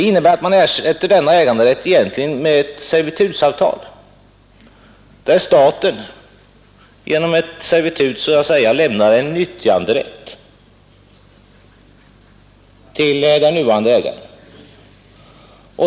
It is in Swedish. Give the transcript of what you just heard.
I stället skulle alltså staten genom ett servitut lämna en nyttjanderätt till den nuvarande ägaren.